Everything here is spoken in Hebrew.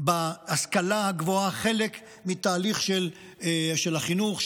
בהשכלה הגבוהה חלק מתהליך של החינוך,